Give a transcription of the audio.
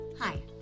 Hi